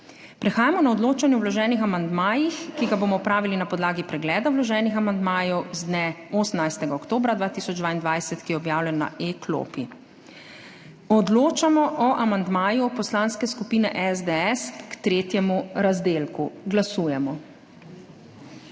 Prehajamo na odločanje o vloženih amandmajih, ki ga bomo opravili na podlagi pregleda vloženih amandmajev z dne 18. oktobra 2022, ki je objavljen na E-klopi. Odločamo o amandmaju Poslanske skupine SDS k tretjemu razdelku. Glasujemo.